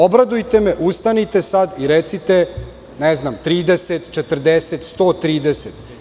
Obradujte me, ustanite sad i recite – 30, 40, 130.